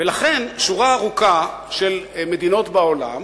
ולכן שורה ארוכה של מדינות בעולם